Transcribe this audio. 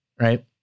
Right